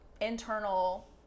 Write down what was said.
internal